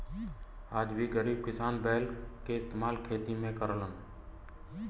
आज भी गरीब किसान बैल के इस्तेमाल खेती में करलन